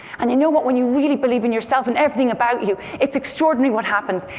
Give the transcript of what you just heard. and you know what, when you really believe in yourself and everything about you, it's extraordinary what happens.